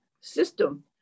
system